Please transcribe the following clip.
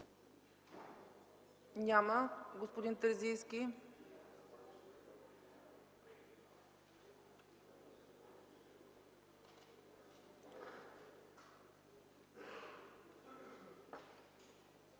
Няма. Господин Терзийски.